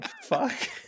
Fuck